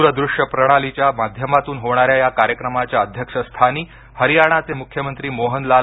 दूरदृष्य प्रणालीच्या माध्यमातून होणाऱ्या या कार्यक्रमाच्या अध्यक्षस्थानी हरियाणाचे मुख्यमंत्री मोहनलाल